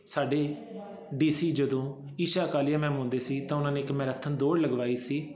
ਸਾਡੀ D C ਜਦੋਂ Isha Kalia ma'am ਹੁੰਦੇ ਸੀ ਤਾਂ ਉਹਨਾਂ ਨੇ ਇੱਕ ਮੈਰਾਥਨ ਦੌੜ ਲਗਵਾਈ ਸੀ